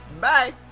bye